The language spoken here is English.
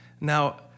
Now